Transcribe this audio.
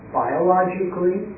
biologically